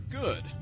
Good